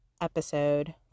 episode